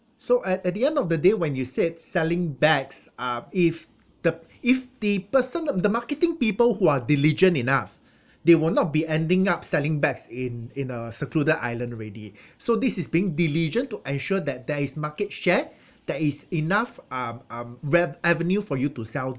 so at at the end of the day when you said selling bags are if the if the person the the marketing people who are diligent enough they will not be ending up selling bags in in a secluded island already so this is being diligent to ensure that there is market share that is enough um um rev~ avenue for you to sell